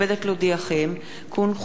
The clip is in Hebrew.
כי הונחו היום על שולחן הכנסת,